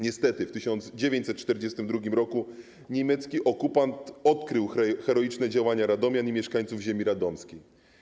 Niestety w 1942 r. niemiecki okupant odkrył heroiczne działania Radomian i mieszkańców ziemi radomskiej.